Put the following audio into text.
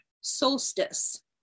solstice